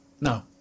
No